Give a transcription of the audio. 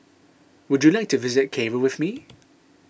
would you like to visit Cairo with me